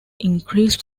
increased